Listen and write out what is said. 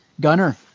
Gunner